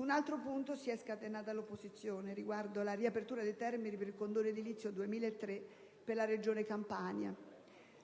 L'opposizione si è scatenata anche con riguardo alla riapertura dei termini del condono edilizio del 2003 per la Regione Campania.